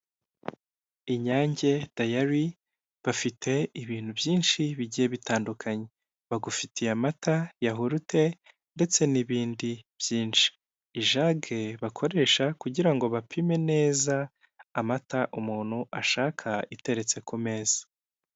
Inyange Dairy bafite ibintu byinshi bigiye bitandukanye; bagufitiye amata, yahurute ndetse n'ibindi byinshi. Ijage bakoresha kugira ngo bapime neza amata umuntu ashaka, iteretse ku meza.